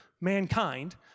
mankind